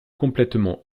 complètement